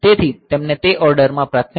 તેથી તેમને તે ઓર્ડરમાં પ્રાથમિકતાઓ મળી છે